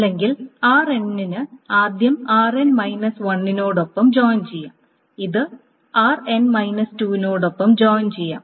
അല്ലെങ്കിൽ rn ന് ആദ്യം rn 1 നോടൊപ്പം ജോയിൻ ചെയ്യാം അത് rn 2 നോടൊപ്പം ജോയിൻ ചെയ്യാം